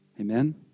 Amen